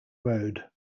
road